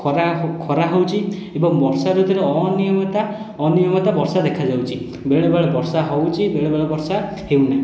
ଖରା ଖରା ହେଉ ଏବଂ ବର୍ଷାଋତୁରେ ଅନିୟମତା ଅନିୟମତା ବର୍ଷା ଦେଖାଯାଉଛି ବେଳେବେଳେ ବର୍ଷା ହେଉଛି ବେଳେବେଳେ ବର୍ଷା ହେଉ ନାହିଁ